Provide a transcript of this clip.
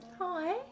hi